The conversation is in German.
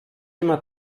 immer